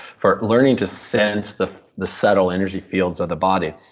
for learning to sense the the subtle energy fields of the body.